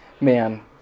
Man